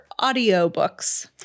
audiobooks